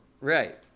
right